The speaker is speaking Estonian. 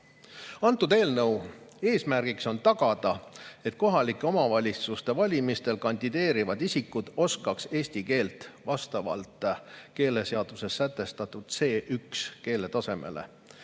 Selle eelnõu eesmärk on tagada, et kohalike omavalitsuste valimistel kandideerivad isikud oskaks eesti keelt vastavalt keeleseaduses sätestatud C1‑keeletasemele,